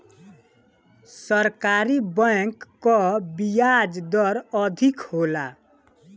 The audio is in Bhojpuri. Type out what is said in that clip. सरकारी बैंक कअ बियाज दर अधिका होला